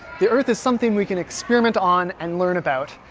the earth is something we can experiment on and learn about.